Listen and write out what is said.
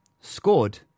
scored